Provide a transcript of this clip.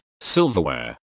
silverware